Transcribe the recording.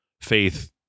Faith